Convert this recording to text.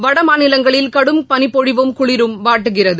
வடமாநிலங்களில் கடும் பனிப்பொழிவும் குளிரும் வாட்டுகிறது